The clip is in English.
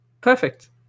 Perfect